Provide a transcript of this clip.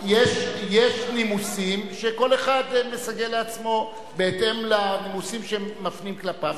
יש נימוסים שכל אחד מסגל לעצמו בהתאם לנימוסים שמפנים כלפיו.